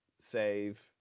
Save